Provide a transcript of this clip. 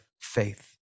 faith